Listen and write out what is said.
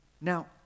Now